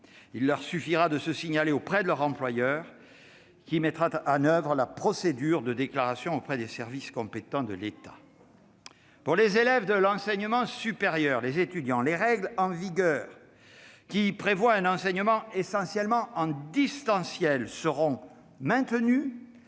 Il leur suffira de se signaler auprès de leur employeur, qui mettra en oeuvre la procédure de déclaration auprès des services compétents de l'État. Pour les élèves de l'enseignement supérieur, les règles en vigueur, qui prévoient un enseignement essentiellement en distanciel, seront maintenues,